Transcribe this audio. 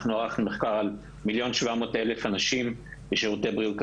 אנחנו ערכנו מחקר על 1,700,000 אנשים בשירותי בריאות כללית.